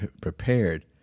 prepared